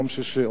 ביום שישי,